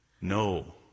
No